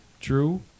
True